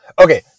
Okay